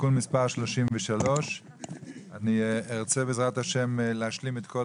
(תיקון מספר 33). אני ארצה בעזרת ה' להשלים את כל